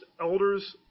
elders